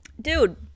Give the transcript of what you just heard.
dude